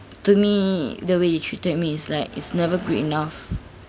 to me the way they treated me is like it's never good enough